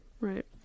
right